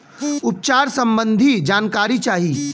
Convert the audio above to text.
उपचार सबंधी जानकारी चाही?